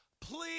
please